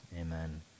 amen